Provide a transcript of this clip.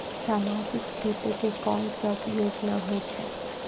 समाजिक क्षेत्र के कोन सब योजना होय छै?